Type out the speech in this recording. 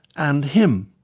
and him.